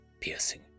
piercing